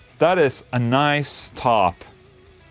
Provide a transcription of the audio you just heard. that is a nice top